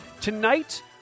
Tonight